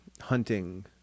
hunting